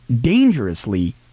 dangerously